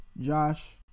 Josh